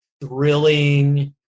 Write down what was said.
thrilling